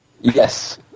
Yes